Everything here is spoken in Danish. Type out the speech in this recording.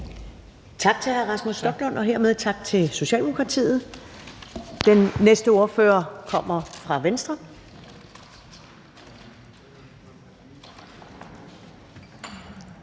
Tak til hr. Rasmus Stoklund, og hermed tak til Socialdemokratiet. Den næste ordfører kommer fra Venstre.